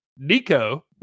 Nico